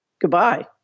Goodbye